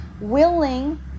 willing